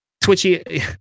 twitchy